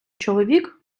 чоловік